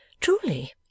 Truly